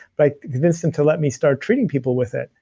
but i convinced them to let me start treating people with it.